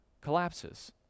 collapses